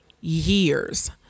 years